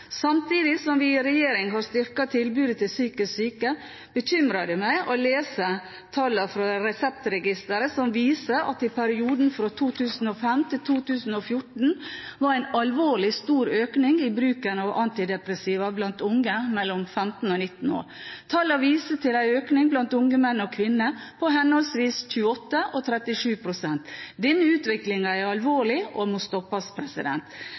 Samtidig som vi i regjering har styrket tilbudet til psykisk syke, bekymrer det meg å lese tallene fra Reseptregisteret som viser at det i perioden 2005–2014 var en alvorlig stor økning i bruken av antidepressiva blant unge mellom 15 år og 19 år. Tallene viser til en økning blant unge menn og kvinner på henholdsvis 28 pst. og 37 pst. Denne utviklingen er alvorlig og må stoppes.